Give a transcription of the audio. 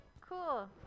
Cool